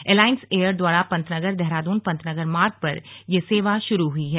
एलाइंस Air द्वारा पंतनगर देहरादून पंतनगर मार्ग पर यह सेवा शुरू हुई है